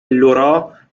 لورا